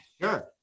Sure